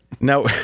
Now